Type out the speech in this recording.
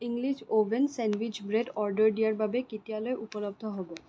English oven sandwich bread order দিয়াৰ বাবে কেতিয়ালৈ উপলব্ধ হ'ব